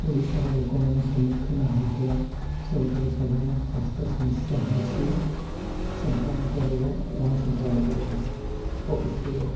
ଓଡ଼ିଶାର ଲୋକମାନେ ସମ୍ମୁଖୀନ ହେଉଥିବା ସବୁଠାରୁ ସାଧାରଣ ସ୍ୱାସ୍ଥ୍ୟ ସମସ୍ୟା ହେଉଛି ସଂକ୍ରାମକ ରୋଗ ଓ ଅଣସଂକ୍ରାମକ ରୋଗ ଅପପୁଷ୍ଟିକର